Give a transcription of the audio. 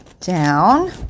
down